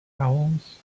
owls